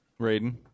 Raiden